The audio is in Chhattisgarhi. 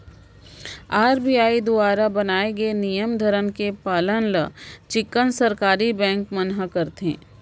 आर.बी.आई दुवारा बनाए गे नियम धरम के पालन ल चिक्कन सरकारी बेंक मन ह करथे